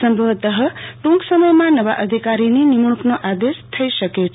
સંભવતઃ ટૂંક સમયમાં નવા અધિકારીની નિમણૂંકનો આદેશ થઈ શકે છે